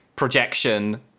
Projection